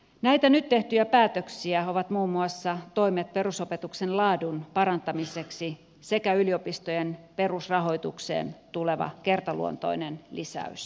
näitä nyt tehtyjä päätöksiä ovat muun muassa toimet perusopetuksen laadun parantamiseksi sekä yliopistojen perusrahoitukseen tuleva kertaluontoinen lisäys